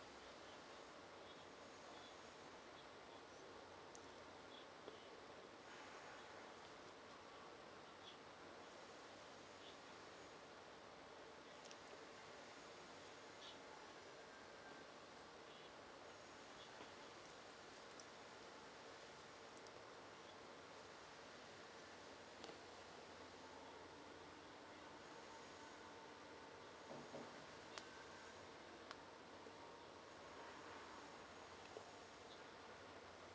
okay